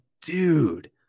dude